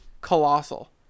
Colossal